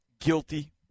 Guilty